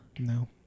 No